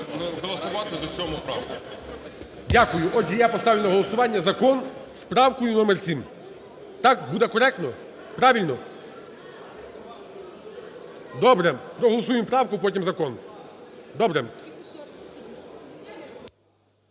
голосувати за 7 правку. ГОЛОВУЮЧИЙ. Дякую. Отже, я поставлю на голосування закон з правкою номер 7. Так буде коректно? Правильно? Добре! Проголосуємо правку, а потім закон. Добре!